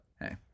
hey